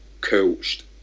coached